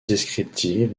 descriptive